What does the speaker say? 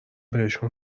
بهشون